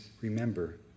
remember